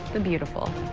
the beautiful.